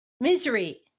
Misery